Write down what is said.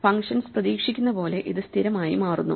functions പ്രതീക്ഷിക്കുന്ന പോലെ ഇത് സ്ഥിരമായി മാറുന്നു